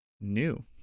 new